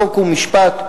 חוק ומשפט,